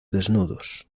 desnudos